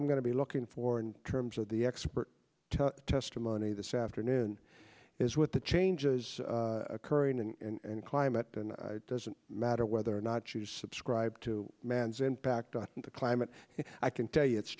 i'm going to be looking for in terms of the expert testimony this afternoon is with the changes occurring and climate doesn't matter whether or not you subscribe to man's impact on the climate i can tell you it's